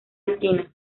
esquina